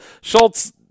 schultz